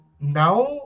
now